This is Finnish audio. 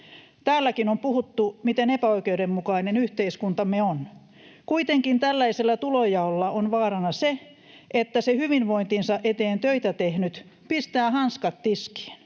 Täälläkin on puhuttu, miten epäoikeudenmukainen yhteiskuntamme on. Kuitenkin tällaisella tulonjaolla on vaarana se, että se hyvinvointinsa eteen töitä tehnyt pistää hanskat tiskiin